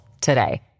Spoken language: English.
today